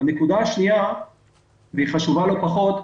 הנקודה השנייה והיא חשובה לא פחות,